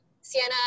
Sienna